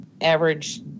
average